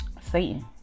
Satan